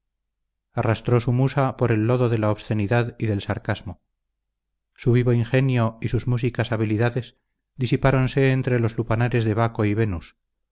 arrastró su musa por el lodo de la obscenidad y del sarcasmo su vivo ingenio y sus músicas habilidades disipáronse entre los lupanares de baco y venus